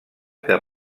que